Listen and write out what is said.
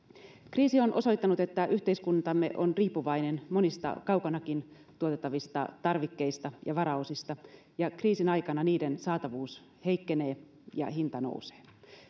kriisi on osoittanut että yhteiskuntamme on riippuvainen monista kaukanakin tuotettavista tarvikkeista ja varaosista ja kriisin aikana niiden saatavuus heikkenee ja hinta nousee